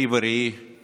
הכנסת